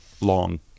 long